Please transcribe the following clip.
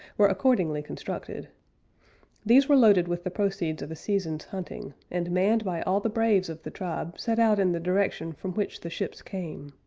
were accordingly constructed these were loaded with the proceeds of a season's hunting, and, manned by all the braves of the tribe, set out in the direction from which the ships came.